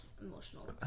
emotional